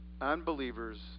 Unbelievers